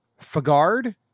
Fagard